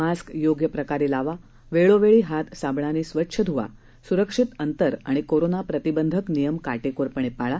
mask योग्य प्रकारे लावा वेळोवेळी हात साबणाने स्वच्छ धूवा सुरक्षित अंतर आणि कोरोना प्रतिबंधक नियम काटेकोरपणे पाळा